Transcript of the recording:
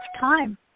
time